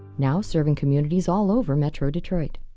now serving communities all over metro detroit.